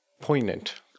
poignant